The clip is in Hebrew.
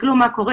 תסתכלו מה קורה.